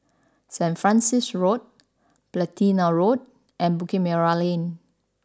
San Francis Road Platina Road and Bukit Merah Lane